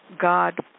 God